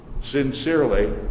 sincerely